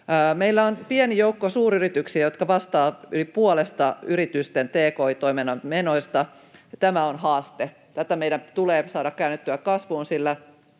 Meillä on pieni joukko suuryrityksiä, jotka vastaavat yli puolesta yritysten tki-toiminnan menoista, ja tämä on haaste. Tätä meidän tulee saada käännettyä kasvuun, sillä